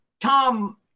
Tom